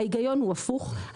ההיגיון הוא הפוך,